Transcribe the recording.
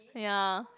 ya